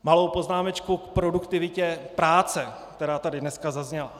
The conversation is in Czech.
Malou poznámečku k produktivitě práce, která tady dneska zazněla.